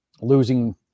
losing